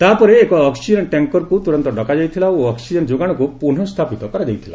ତା'ପରେ ଏକ ଅକ୍ଟିଜେନ ଟ୍ୟାଙ୍କରକୁ ତୁରନ୍ତ ଡକାଯାଇଥିଲା ଓ ଅକ୍ଟିଜେନ ଯୋଗାଣକୁ ପୁନଃସ୍କାପିତ କରାଯାଇଥିଲା